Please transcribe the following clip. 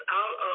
out